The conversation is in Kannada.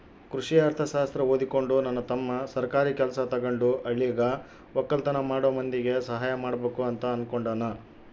ಕೃಷಿ ಅರ್ಥಶಾಸ್ತ್ರ ಓದಿಕೊಂಡು ನನ್ನ ತಮ್ಮ ಸರ್ಕಾರಿ ಕೆಲ್ಸ ತಗಂಡು ಹಳ್ಳಿಗ ವಕ್ಕಲತನ ಮಾಡೋ ಮಂದಿಗೆ ಸಹಾಯ ಮಾಡಬಕು ಅಂತ ಅನ್ನುಕೊಂಡನ